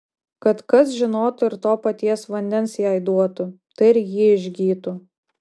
kad kas žinotų ir to paties vandens jai duotų tai ir ji išgytų